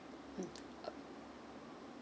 mm